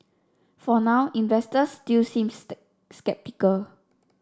for now investors still seem sceptical